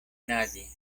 nadie